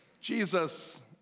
Jesus